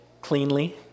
cleanly